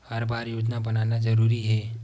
हर बार योजना बनाना जरूरी है?